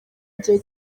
igihe